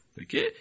Okay